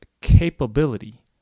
capability